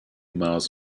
miles